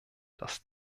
dass